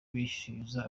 bishyuza